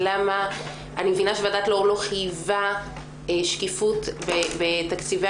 אני מבינה שוועדת לאור לא חייבה שקיפות בתקציבי